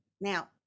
Now